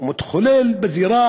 ומתחולל בזירה